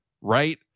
right